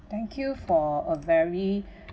thank you for a very